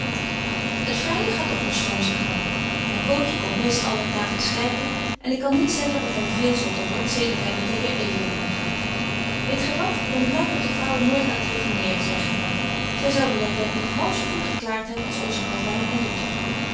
het vryën gaat ook nog schoon zyn gang myn cootje komt meest alle daag eens kyken en ik kan niet zeggen dat hy véél zotter wordt zedert hy met den heer edeling omgaat weet gy wat ik ben bly dat de vrouwen nooit aan t reformeeren zyn gegaan zy zouden dat werk niet half zo goed geklaart hebben als onze calvyn en luter